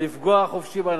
לפגוע חופשי באנשים,